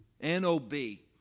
N-O-B